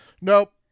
nope